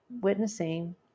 witnessing